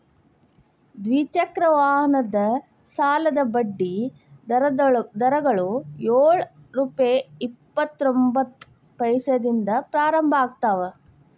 ದ್ವಿಚಕ್ರ ವಾಹನದ ಸಾಲದ ಬಡ್ಡಿ ದರಗಳು ಯೊಳ್ ರುಪೆ ಇಪ್ಪತ್ತರೊಬಂತ್ತ ಪೈಸೆದಿಂದ ಪ್ರಾರಂಭ ಆಗ್ತಾವ